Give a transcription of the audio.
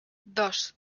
dos